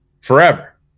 forever